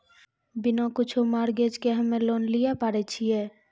बिना कुछो मॉर्गेज के हम्मय लोन लिये पारे छियै?